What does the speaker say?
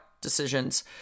decisions